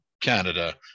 canada